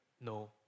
no